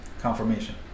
confirmation